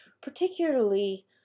particularly